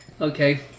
Okay